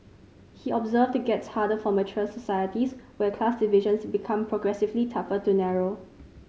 he observed it gets harder for mature societies where class divisions become progressively tougher to narrow